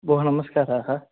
भोः नमस्काराः